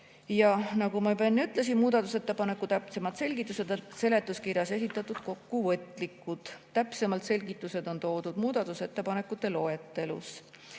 Nagu ma juba enne ütlesin, muudatusettepanekute selgitused seletuskirjas on esitatud kokkuvõtlikult, täpsemad selgitused on toodud muudatusettepanekute loetelus.